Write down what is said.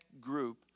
group